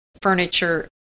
furniture